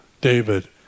David